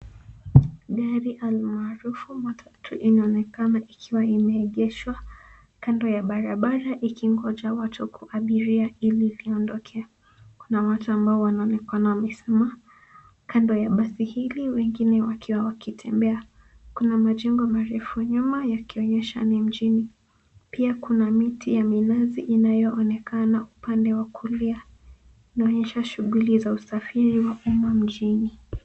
Gari almaarufu matatu inaonekana ikiwa imeegeshwa kando ya barabara ikingoja watu kuabiria ili iondoke. Kuna watu ambao wanaonekana wamesimama kando ya basi hili wengine wakiwa wakitembea. Kuna majengo marefu nyuma yakionyesha ni mjini. Pia kuna miti ya minazi inayoonekana upande wa kulia. Inaonyesha shughuli za usafiri wa umma mjini.